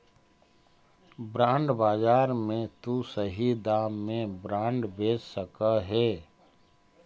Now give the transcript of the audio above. bond बाजार में तु सही दाम में बॉन्ड बेच सकऽ हे